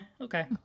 okay